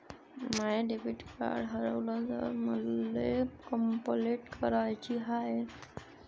माय debit card हारवल तर मले कंपलेंट कराची हाय